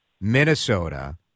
Minnesota